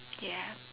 ya